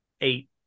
eight